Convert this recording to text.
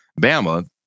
Bama